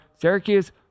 Syracuse